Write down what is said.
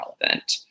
relevant